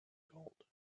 gold